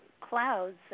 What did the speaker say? clouds